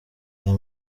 aya